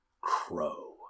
Crow